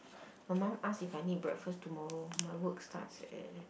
my mum ask if I need breakfast tomorrow my work starts at